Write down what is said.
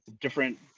different